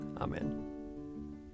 amen